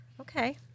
Okay